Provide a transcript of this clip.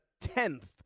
tenth